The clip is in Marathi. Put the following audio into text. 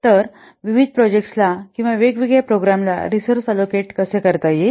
तर विविध प्रोजेक्ट्स ला किंवा वेगवेगळ्या प्रोग्राम ला रिसोर्स अलोकेट कसे करता येईल